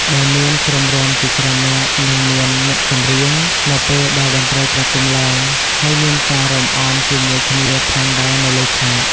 ដែលមានក្រុមរាំជាច្រើននាក់និងមានអ្នកចម្រៀង នៅពេលដែលតន្រ្តីប្រគុំឡើងក៏មានការរាំអមជាមួយគ្នាផងដែរនៅលើឆាត។